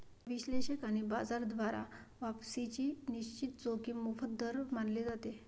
विश्लेषक आणि बाजार द्वारा वापसीची निश्चित जोखीम मोफत दर मानले जाते